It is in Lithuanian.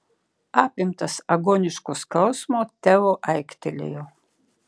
apimtas agoniško skausmo teo aiktelėjo